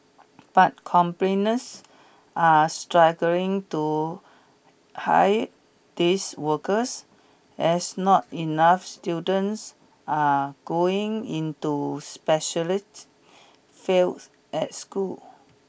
but companies are struggling to hire these workers as not enough students are going into specialists fields at school